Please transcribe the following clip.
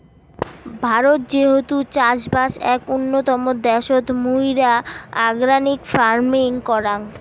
ভারত যেহেতু চাষবাস এক উন্নতম দ্যাশোত, মুইরা অর্গানিক ফার্মিং করাং